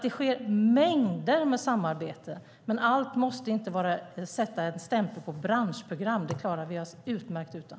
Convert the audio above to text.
Det sker alltså mängder med samarbete, men allt måste inte stämplas som branschprogram. Det klarar vi oss utmärkt utan.